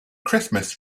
christmas